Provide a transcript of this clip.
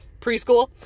Preschool